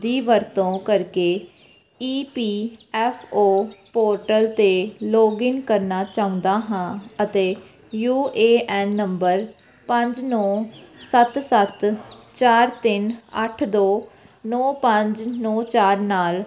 ਦੀ ਵਰਤੋਂ ਕਰਕੇ E P F O portal 'ਤੇ ਲੌਗਇਨ ਕਰਨਾ ਚਾਹੁੰਦਾ ਹਾਂ ਅਤੇ ਯੂ ਏ ਐਨ ਨੰਬਰ ਪੰਜ ਨੌਂ ਸੱਤ ਸੱਤ ਚਾਰ ਤਿੰਨ ਅੱਠ ਦੋ ਨੌਂ ਪੰਜ ਨੌਂ ਚਾਰ ਨਾਲ